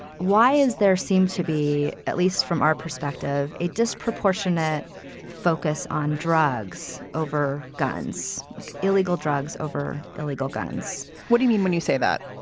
why is there seem to be, at least from our perspective, a disproportionate focus on drugs over guns, like illegal drugs, over illegal guns? what do you mean when you say that?